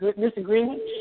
disagreement